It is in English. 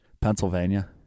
Pennsylvania